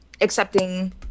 accepting